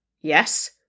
Yes